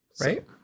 Right